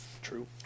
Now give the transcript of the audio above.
true